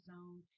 Zone